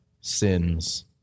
sins